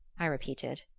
i repeated.